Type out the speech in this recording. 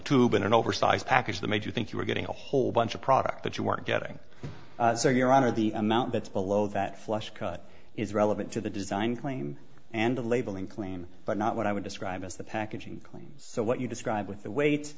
tube in an oversized package that made you think you were getting a whole bunch of product that you weren't getting so your honor the amount that's below that flush cut is relevant to the design claim and the labeling claim but not what i would describe as the packaging claims so what you describe with the weight